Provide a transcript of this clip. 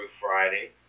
Friday